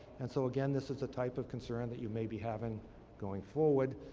and so again, this is a type of concern that you may be having going forward.